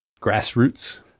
grassroots